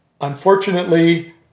Unfortunately